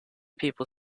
people